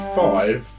five